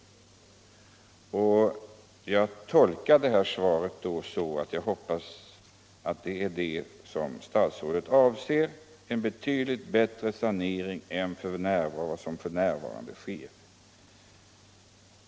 Jag tolkar svaret så att vad statsrådet avser är en betydligt bättre sanering än den som finns f.n.